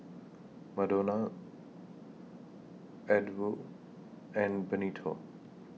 Modena Edw and Benito